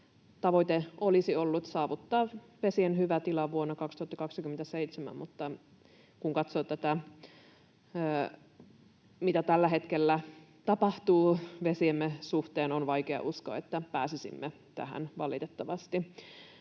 Tavoite olisi ollut saavuttaa vesien hyvä tila vuonna 2027, mutta kun katsoo tätä, mitä tällä hetkellä tapahtuu vesiemme suhteen, on vaikea uskoa, että pääsisimme tähän, valitettavasti,